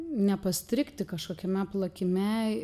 nepastrigti kažkokiame plakime